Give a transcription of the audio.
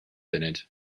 funud